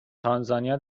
تانزانیا